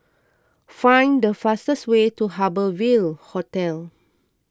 find the fastest way to Harbour Ville Hotel